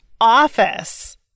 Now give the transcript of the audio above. office